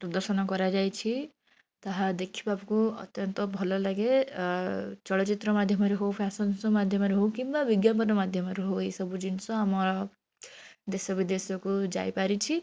ପ୍ରଦର୍ଶନ କରାଯାଇଛି ତାହା ଦେଖିବାକୁ ଅତ୍ୟନ୍ତ ଭଲଲାଗେ ଚଳଚ୍ଚିତ୍ର ମାଧ୍ୟମରେ ହେଉ କି ଫେସନ୍ ଶୋ ମାଧ୍ୟମରେ ହେଉ କିମ୍ବା ବିଜ୍ଞାପନ ମାଧ୍ୟମରେ ହେଉ ଏଇସବୁ ଜିନିଷ ଆମ ଦେଶ ବିଦେଶକୁ ଯାଇପାରିଛି